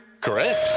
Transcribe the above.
Correct